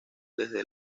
desde